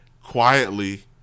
Quietly